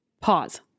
Pause